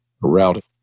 route